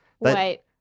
Wait